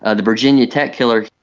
ah the virginia tech killer,